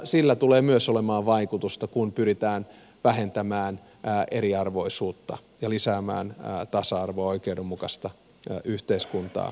sillä tulee myös olemaan vaikutusta kun pyritään vähentämään eriarvoisuutta ja lisäämään tasa arvoa oikeudenmukaista yhteiskuntaa